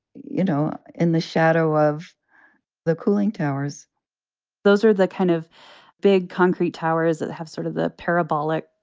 you know, in the shadow of the cooling towers those are the kind of big, concrete towers that have sort of the parabolic,